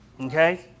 Okay